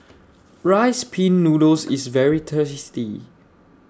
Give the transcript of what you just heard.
Rice Pin Noodles IS very tasty